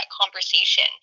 conversation